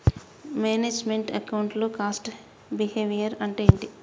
Manage meant account లో cost behaviour అంటే ఏమిటి?